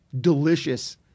delicious